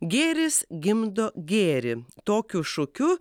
gėris gimdo gėrį tokiu šūkiu